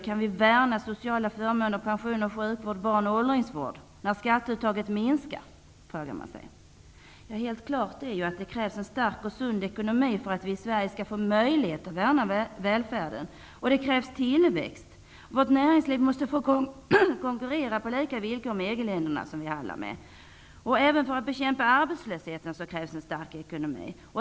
Kan vi värna om sociala förmåner, pensioner, sjukvård, barn och åldringsvård m.m., när skatteuttaget minskar? Det är helt klart att det krävs en stark och sund ekonomi för att vi i Sverige skall få möjlighet att värna vår välfärd. Det krävs tillväxt. Vårt näringsliv måste få konkurrera på lika villkor med EG länderna, som vi handlar med. Det krävs även en stark ekonomi för att bekämpa arbetslösheten.